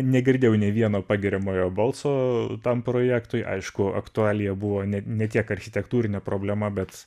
negirdėjau nei vieno pagiriamojo balso tam projektui aišku aktualija buvo ne ne tiek architektūrinė problema bet